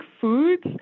foods